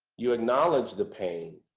you acknowledge the pain.